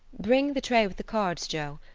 bring the tray with the cards, joe.